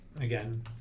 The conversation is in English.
Again